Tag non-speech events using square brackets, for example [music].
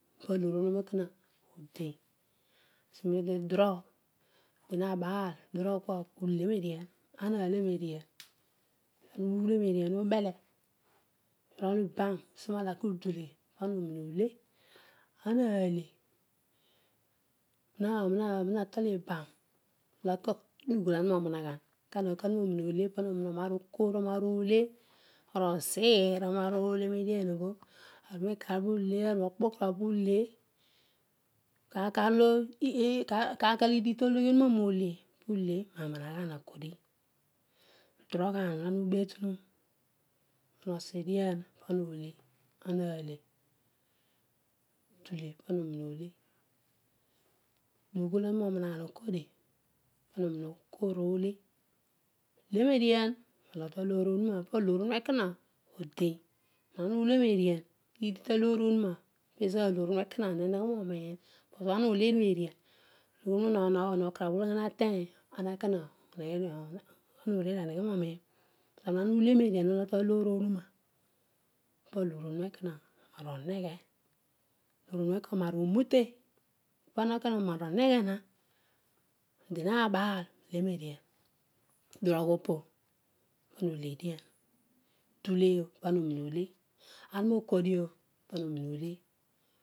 Paloor onuma ekona odein asimuduroyh udorogh pu lenedian anaule nudien ubele urol iban usinalaken udule pa- a onimole, anaale [hesitation] anatol ibam omaar okoni onaar ode maar ozeer onaar ole arukpukoro maar ole kaar kaar orouigh tologhionuna mole punaarale nanaghanan nakodi udurooghan ana ubeturu nosa edian pana ole udule pana ole udule pana ole. lenedian nalogh talooy obho tohuna po looy obho econa odein. ibha ana ule nedian ulogh talooy obio tonuna palooy obho econa niheghe moniar cus ibha ona ole dionedian hokarabh ologhiobho ana na teny obho pinez econa oruedio aegh nonin ibha nedian po alooy uruna onaar onufe, pana ekona oneer oreghena adioma been [noise] lemedian, udule pana oninole, anatunokidi oh pana oninole anatumookide oh pana onimole.